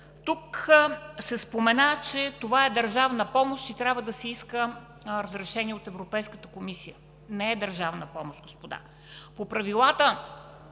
Спомена се, че това е държавна помощ и трябва да се иска разрешение от Европейската комисия. Не е държавна помощ, господа. По правилата